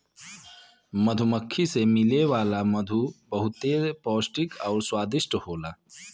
मधुमक्खी से मिले वाला मधु बहुते पौष्टिक आउर स्वादिष्ट होला